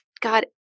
God